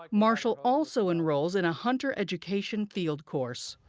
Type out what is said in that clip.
like marshall also enrolls in a hunter education field course.